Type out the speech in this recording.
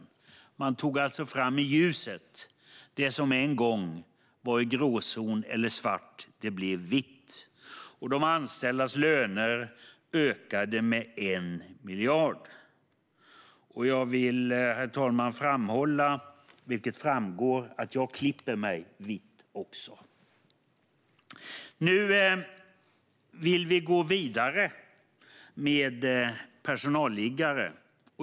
Man tog alltså fram i ljuset det som en gång varit i gråzonen eller svart. Det blev vitt, och de anställdas löner ökade med 1 miljard. Jag vill framhålla - vilket framgår, herr talman - att jag klipper mig vitt. Nu vill vi gå vidare med personalliggare.